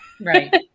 Right